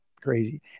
crazy